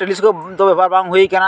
telescope ᱫᱚ ᱵᱮᱵᱚᱦᱟᱨ ᱵᱟᱝ ᱦᱩᱭ ᱠᱟᱱᱟ